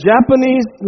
Japanese